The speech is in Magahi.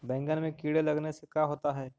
बैंगन में कीड़े लगने से का होता है?